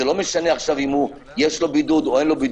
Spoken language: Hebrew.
לא משנה אם יש לו בידוד או לא.